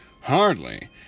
Hardly